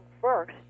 first